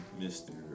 Mr